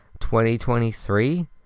2023